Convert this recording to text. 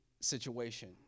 situation